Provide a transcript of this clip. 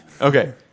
Okay